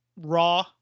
raw